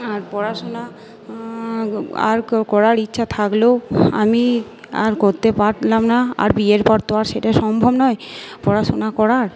আর পড়াশুনা আর করার ইচ্ছা থাকলেও আমি আর করতে পারলাম না আর বিয়ের পর তো আর সেটা সম্ভব নয় পড়াশুনা করার